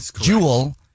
Jewel